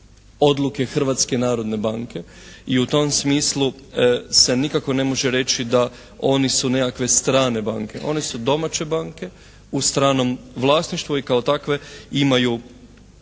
odluke Hrvatske narodne banke i u tom smislu se nikako ne može reći da oni su nekakve strane banke. Oni su domaće banke u stranom vlasništvu i kao takve imaju